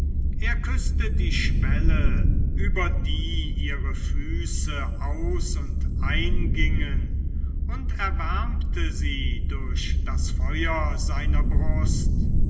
er küßte die schwelle über die ihre füße aus und ein gingen und erwärmte sie durch das feuer seiner brust